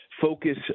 focus